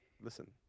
listen